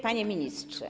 Panie Ministrze!